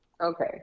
Okay